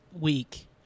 week